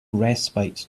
respite